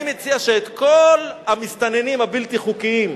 אני מציע שאת כל המסתננים הבלתי-חוקיים,